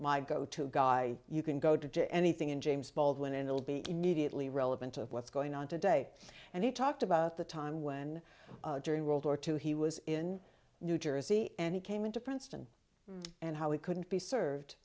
my go to guy you can go to anything in james baldwin and it'll be immediately relevant of what's going on today and he talked about the time when during world war two he was in new jersey and he came into princeton and how he couldn't be served